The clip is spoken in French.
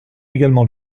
également